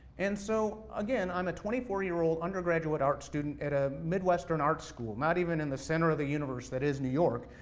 and so, again, i'm a twenty four year old undergraduate art student at a midwestern art school, not even in the center of the universe that is new york,